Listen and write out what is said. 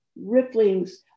ripplings